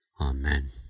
amen